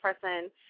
person